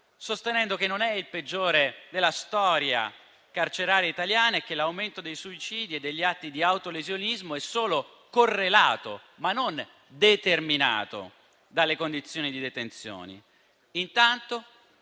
sostenendo che non è il peggiore della storia carceraria italiana e che l'aumento dei suicidi e degli atti di autolesionismo è solo correlato, ma non determinato dalle condizioni di detenzione.